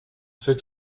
sept